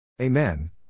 Amen